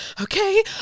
Okay